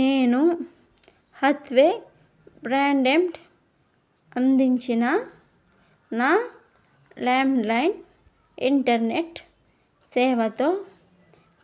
నేను హాత్వే బ్రాండెడ్ అందించిన నా ల్యాండ్లైన్ ఇంటర్నెట్ సేవతో